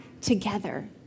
together